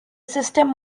system